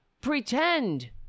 Pretend